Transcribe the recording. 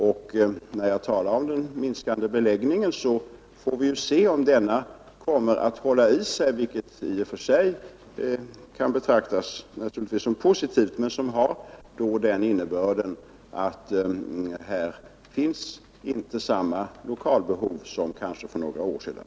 Vi får se om den minskning i beläggningen som jag talat om kommer att hålla i sig. Denna kan naturligtvis i och för sig betraktas som positiv, men den för med sig att vi nu inte har samma lokalbehov som för ett par år sedan.